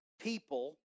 people